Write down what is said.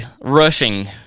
rushing